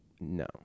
No